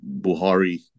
Buhari